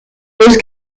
pose